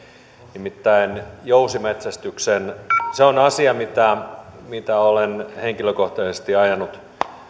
nimittäin jousimetsästyksen se on asia mitä mitä olen henkilökohtaisesti ajanut